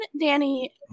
danny